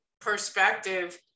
perspective